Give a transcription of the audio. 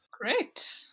Great